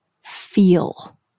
feel